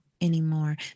anymore